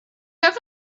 have